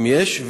האם יש?